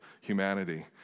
humanity